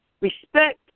respect